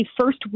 first